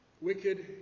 wicked